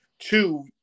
Two